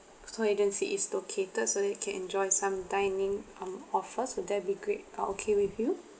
tour agency is located so that you can enjoy some dining um offers will that be great uh okay with you